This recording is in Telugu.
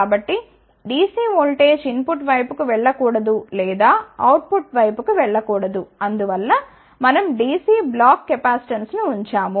కాబట్టి ఈ DC ఓల్టేజ్ ఇన్ పుట్ వైపుకు వెళ్ళ కూడదు లేదా అవుట్ పుట్ వైపుకు వెళ్ళ కూడదు అందువల్ల మనం DC బ్లాక్ కెపాసిటెన్స్ను ఉంచాము